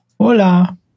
Hola